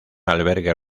albergue